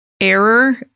error